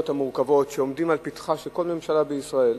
המורכבים שעומדים לפתחה של כל ממשלה בישראל,